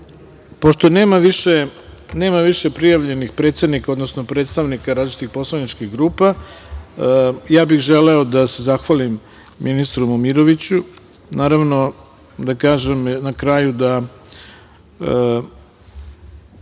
nema više prijavljenih predsednika, odnosno predstavnika različitih poslaničkih grupa, ja bih želeo da se zahvalim ministru Momiroviću. Naravno, da kažem na kraju da